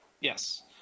Yes